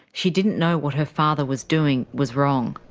she didn't know what her father was doing was wrong.